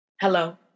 Hello